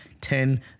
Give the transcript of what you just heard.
Ten